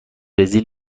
برزیل